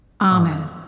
Amen